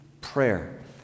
prayer